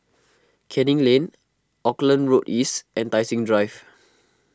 Canning Lane Auckland Road East and Tai Seng Drive